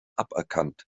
aberkannt